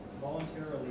voluntarily